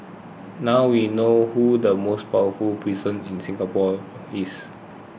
now we know who the most powerful person in Singapore is